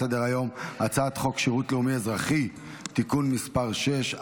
הצעת חוק שירות לאומי-אזרחי (תיקון מס' 6),